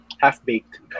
Half-baked